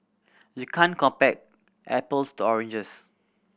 you can't compare apples to oranges